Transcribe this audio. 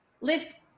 lift